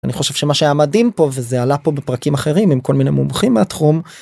אני חושב שמה שהיה מדהים פה וזה עלה פה בפרקים אחרים עם כל מיני מומחים התחום.